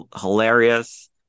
hilarious